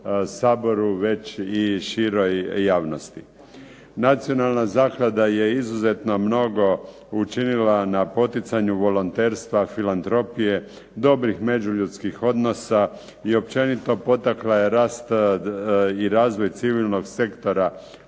već i široj javnosti. Nacionalna zaklada je izuzetno mnogo učinila na poticanju volonterska, filandropije, dobrih međuljudskih odnosa i općenito potakla je rast i razvoj civilnog sektora